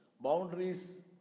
Boundaries